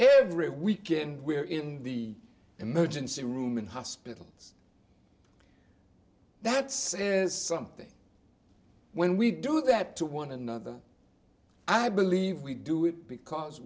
every weekend we're in the emergency room in hospitals that says something when we do that to one another i believe we do it because